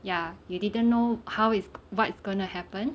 ya you didn't know how is what's gonna happen